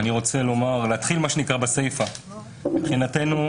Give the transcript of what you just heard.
אני רוצה להתחיל בסיפא מבחינתנו,